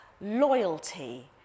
loyalty